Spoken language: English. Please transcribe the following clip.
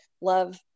love